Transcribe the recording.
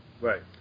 right